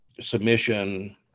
submission